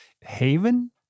Haven